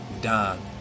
Don